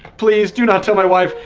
please do not tell my wife.